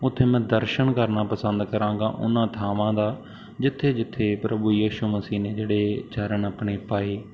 ਉੱਥੇ ਮੈਂ ਦਰਸ਼ਨ ਕਰਨਾ ਪਸੰਦ ਕਰਾਂਗਾ ਉਹਨਾਂ ਥਾਵਾਂ ਦਾ ਜਿੱਥੇ ਜਿੱਥੇ ਪ੍ਰਭੂ ਯਿਸ਼ੂ ਮਸੀਹ ਨੇ ਜਿਹੜੇ ਚਰਨ ਆਪਣੇ ਪਾਏ